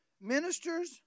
Ministers